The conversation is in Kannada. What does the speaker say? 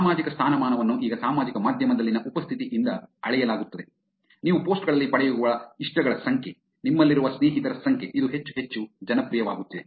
ಸಾಮಾಜಿಕ ಸ್ಥಾನಮಾನವನ್ನು ಈಗ ಸಾಮಾಜಿಕ ಮಾಧ್ಯಮದಲ್ಲಿನ ಉಪಸ್ಥಿತಿಯಿಂದ ಅಳೆಯಲಾಗುತ್ತದೆ ನೀವು ಪೋಸ್ಟ್ ಗಳಲ್ಲಿ ಪಡೆಯುವ ಇಷ್ಟಗಳ ಸಂಖ್ಯೆ ನಿಮ್ಮಲ್ಲಿರುವ ಸ್ನೇಹಿತರ ಸಂಖ್ಯೆ ಇದು ಹೆಚ್ಚು ಹೆಚ್ಚು ಜನಪ್ರಿಯವಾಗುತ್ತಿದೆ